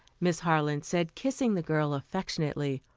miss harland said, kissing the girl affectionately.